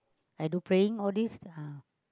I do praying all these ah